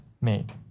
made